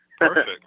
Perfect